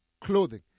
Clothing